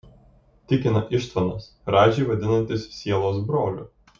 tikina ištvanas radžį vadinantis sielos broliu